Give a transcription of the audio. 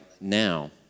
now